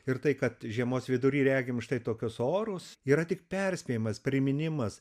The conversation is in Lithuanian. ir tai kad žiemos vidury regim štai tokius orus yra tik perspėjimas priminimas